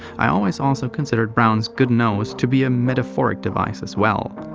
i always also considered brown's good nose to be a metaphoric device as well.